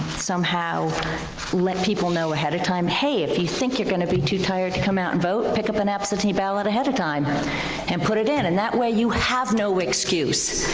somehow let people know ahead of time, hey, if you think you're gonna be too tired to come out and vote pick up an absentee ballot ahead of time and put it in and that way you have no excuse.